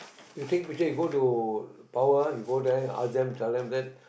you take picture you go to power you go there ask them tell them that